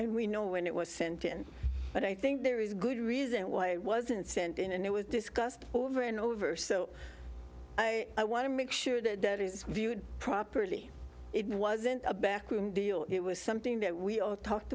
and we know when it was sent in but i think there is good reason why it wasn't sent in and it was discussed over and over so i want to make sure that that is viewed properly it wasn't a backroom deal it was something that we all talked